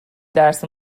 درس